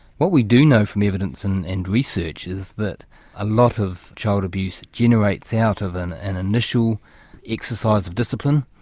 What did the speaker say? what we do know from evidence and and research is that a lot of child abuse generates out of an and initial exercise of discipline,